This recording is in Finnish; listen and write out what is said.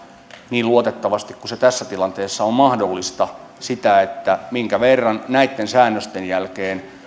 niin luotettavasti kuin se tässä tilanteessa on mahdollista sitä minkä verran näitten säännösten jälkeen